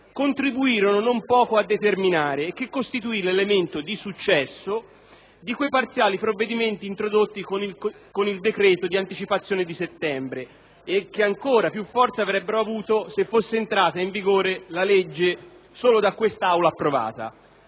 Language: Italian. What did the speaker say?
contribuirono non poco a determinare e che costituì l'elemento di successo di quei parziali provvedimenti introdotti con il decreto di anticipazione di settembre, che ancora più forza avrebbero avuto se fosse entrata in vigore la legge solo da questa Aula approvata.